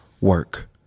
Work